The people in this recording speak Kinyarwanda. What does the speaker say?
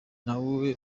nawe